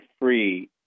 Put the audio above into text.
free